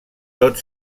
tot